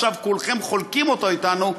ועכשיו כולכם חולקים אתנו,